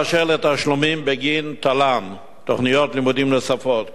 אשר לתשלומים בגין תל"ן תוכניות לימודים נוספות,